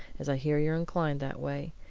as i hear you're inclined that way,